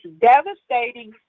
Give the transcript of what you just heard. devastating